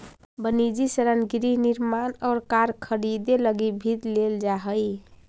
वनिजी ऋण गृह निर्माण और कार खरीदे लगी भी लेल जा हई